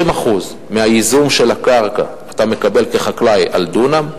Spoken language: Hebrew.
20% מהייזום של הקרקע אתה מקבל כחקלאי על דונם.